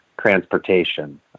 transportation